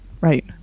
Right